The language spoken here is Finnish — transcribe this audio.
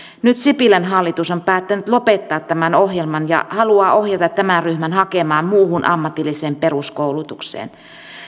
nyt sipilän hallitus on päättänyt lopettaa tämän ohjelman ja haluaa ohjata tämän ryhmän hakemaan muuhun ammatilliseen peruskoulutukseen